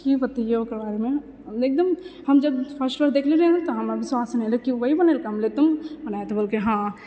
कि बतेइयौ ओकर बारेमे एकदम हम जब फर्स्ट टाइम देखने रहियै ने तऽ हमरा विश्वास नहि भेले कि वहि बनेलकै है हम बोललियै कि तुम बनाये तऽ बोललकै हँ